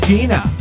Gina